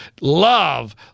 love